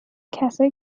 کسایی